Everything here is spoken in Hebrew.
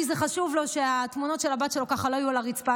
כי זה חשוב לו שהתמונות של הבת שלו לא יהיו על הרצפה.